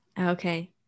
Okay